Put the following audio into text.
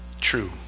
true